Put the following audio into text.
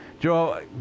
Joe